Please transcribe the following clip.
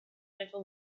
river